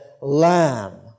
lamb